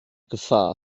gefahr